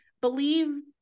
believe